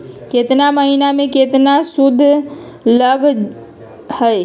केतना महीना में कितना शुध लग लक ह?